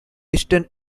eastern